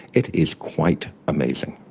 it is quite amazing.